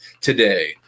today